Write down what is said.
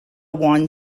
won